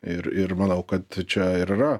ir ir manau kad čia ir yra